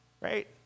right